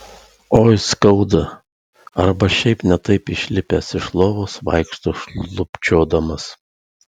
oi skauda arba šiaip ne taip išlipęs iš lovos vaikšto šlubčiodamas